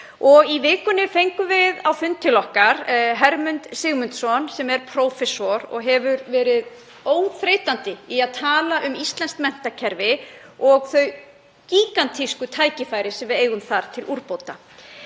Í vikunni fengum við á fund til okkar Hermund Sigmundsson, sem er prófessor og hefur verið óþreytandi í að tala um íslenskt menntakerfi og þau gígantísku tækifæri sem við eigum þar til úrbóta.